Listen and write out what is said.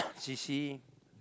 C C